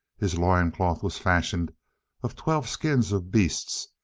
his loin-cloth was fashioned of twelve skins of beasts,